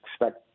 expect